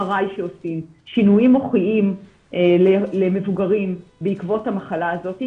שעושים שיש שינויים מוחיים למבוגרים בעקבות המחלה הזאת,